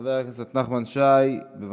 חבר הכנסת נחמן שי, בבקשה.